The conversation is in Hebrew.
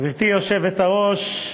גברתי היושבת-ראש,